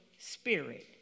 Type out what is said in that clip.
Spirit